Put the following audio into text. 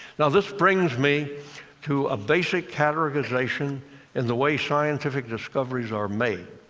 now this brings me to a basic categorization in the way scientific discoveries are made.